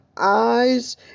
Eyes